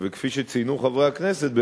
וכפי שציינו חברי הכנסת,